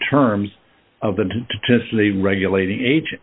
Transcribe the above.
terms of the just leave regulating